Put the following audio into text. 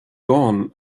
dorn